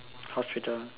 how's freedom